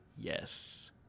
yes